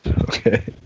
Okay